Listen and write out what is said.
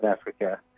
Africa